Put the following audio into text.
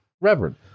reverend